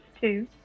two